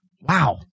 Wow